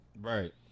Right